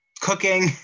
cooking